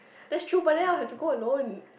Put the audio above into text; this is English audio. that's true but then I'll have to go alone